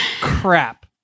crap